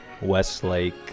westlake